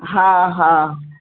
हा हा